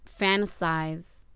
fantasize